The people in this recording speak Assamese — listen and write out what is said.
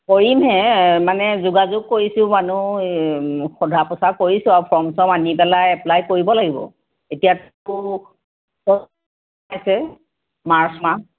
কৰিমহে মানে যোগাযোগ কৰিছোঁ মানুহ সোধা পোচা কৰিছোঁ আৰু ফৰ্ম চৰ্ম আনি পেলাই এপ্পলাই কৰিব লাগিব এতিয়াতো আছে মাৰ্চ মাহ